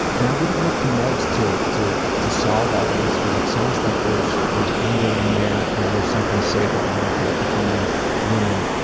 and i wouldn't look to meds to to solve all of this because it sounds like there's there's anger in there, and there's something safe about objectifying women